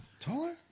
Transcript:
Taller